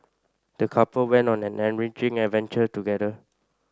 the couple went on an enriching adventure together